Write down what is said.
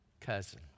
cousin